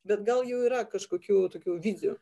bet gal jau yra kažkokių tokių vizijų